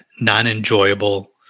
non-enjoyable